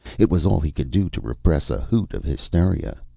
it was all he could do to repress a hoot of hysteria.